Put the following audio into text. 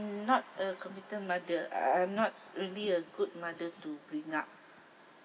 not a competent mother I I'm not really a good mother to bring up